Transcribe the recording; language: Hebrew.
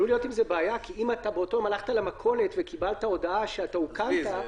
כי באותו יום הלכת למכולת וקיבלת הודעה שאוכנת,